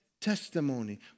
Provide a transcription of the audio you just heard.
testimony